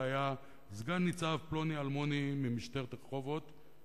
היה סגן-ניצב פלוני-אלמוני ממשטרת רחובות,